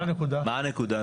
גלעד, מה הנקודה?